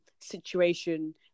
situation